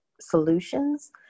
solutions